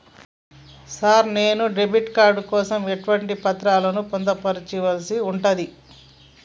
Sir నేను debit card కోసం ఎటువంటి పత్రాలను పొందుపర్చాల్సి ఉంటది?